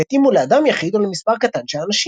והתאימו לאדם יחיד או למספר קטן של אנשים אנשים .